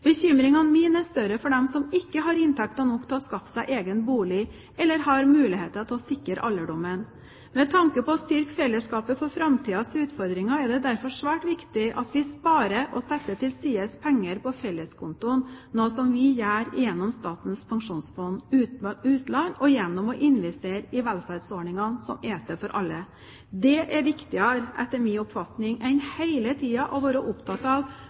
Bekymringen min er større for dem som ikke har inntekter nok til å skaffe seg egen bolig, eller har muligheter til å sikre alderdommen. Med tanke på å styrke fellesskapet for framtidens utfordringer, er det derfor svært viktig at vi sparer og setter til side penger på felleskontoen, noe vi gjør gjennom Statens pensjonsfond utland, og gjennom å investere i velferdsordninger som er til for alle. Det er etter min oppfatning viktigere enn hele tiden å være opptatt av